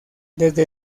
desde